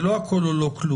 זה לא הכול או לא כלום?